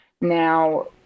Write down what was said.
Now